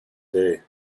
day